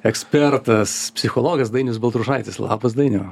ekspertas psichologas dainius baltrušaitis labas dainiau